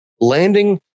Landing